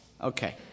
Okay